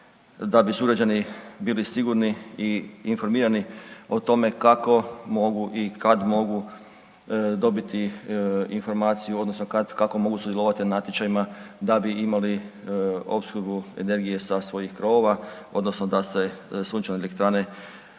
da bi sugrađani bili sigurni i informirani o tome kako mogu i kad mogu dobiti informaciju odnosno kako mogu sudjelovati na natječajima da bi imali opskrbu energije sa svojih krovova odnosno da se sunčeve elektrane